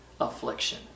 affliction